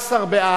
בעד, 13,